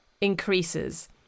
increases